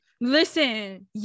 Listen